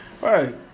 Right